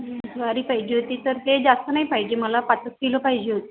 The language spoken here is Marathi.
ज्वारी पाहिजे होती तर ते जास्त नाही पाहिजे मला पाचच किलो पाहिजे होती